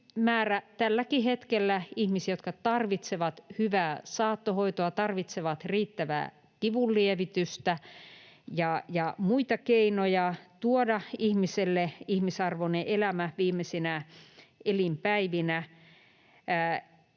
tälläkin hetkellä suuri määrä ihmisiä, jotka tarvitsevat hyvää saattohoitoa, tarvitsevat riittävää kivunlievitystä ja muita keinoja tuoda ihmiselle ihmisarvoinen elämä viimeisinä elinpäivinä,